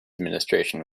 administration